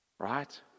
Right